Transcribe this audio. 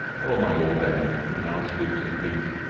o my old aunt, who now sleeps in peace!